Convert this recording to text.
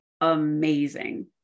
amazing